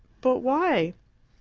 but why?